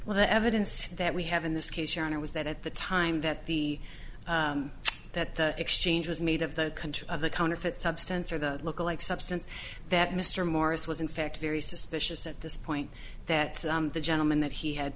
well the evidence that we have in this case your honor was that at the time that the that the exchange was made of the country of the counterfeit substance or the look like substance that mr morris was in fact very suspicious at this point that the gentleman that he had